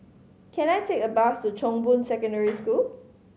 can I take a bus to Chong Boon Secondary School